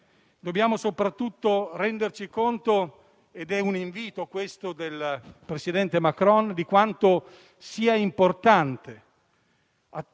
Dobbiamo soprattutto renderci conto - è un invito del presidente Macron - di quanto sia importante